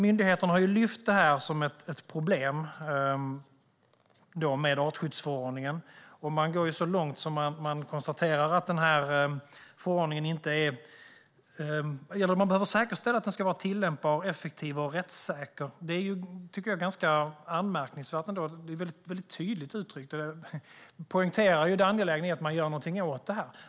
Myndigheterna har lyft fram detta som ett problem med artskyddsförordningen. De går så långt som att konstatera att det behöver säkerställas att förordningen är tillämpbar, effektiv och rättssäker. Det tycker jag är ganska anmärkningsvärt. Det är väldigt tydligt uttryckt, och det poängterar det angelägna i att man gör någonting åt detta.